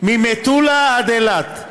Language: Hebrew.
ממטולה עד אילת,